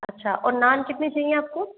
अच्छा और नान चाहिए आपको